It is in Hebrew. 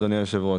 אדוני היושב-ראש,